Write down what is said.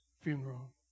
funeral